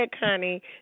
honey